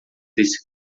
desse